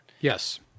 Yes